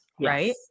right